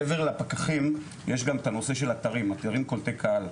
מעבר לפקחים יש גם את הנושא של אתרים קולטי קהל,